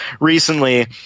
recently